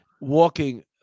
walking